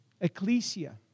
ecclesia